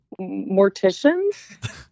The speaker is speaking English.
morticians